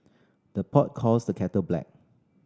the pot calls the kettle black